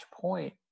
Point